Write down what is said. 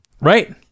Right